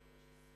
האלה.